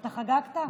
אתה חגגת?